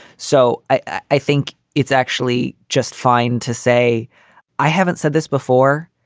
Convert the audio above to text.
so i think it's actually just fine to say i haven't said this before,